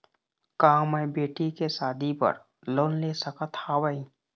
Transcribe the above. का मैं बेटी के शादी बर लोन ले सकत हावे?